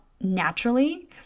naturally